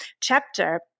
chapter